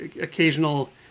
occasional